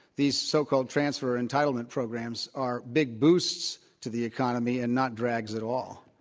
these so-called transfer entitlement programs are big boosts to the economy and not drags at all.